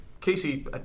Casey